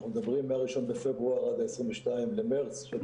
מה-1 בפברואר עד ה-22 במרץ אנחנו מדברים על